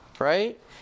Right